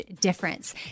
difference